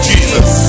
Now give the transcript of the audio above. Jesus